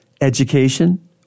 education